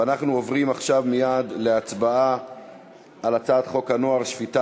ואנחנו עוברים עכשיו מייד להצבעה על הצעת חוק הנוער (שפיטה,